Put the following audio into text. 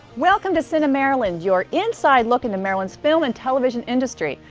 welcome to cinemaryland. your inside look into maryland's film and television industry.